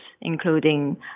including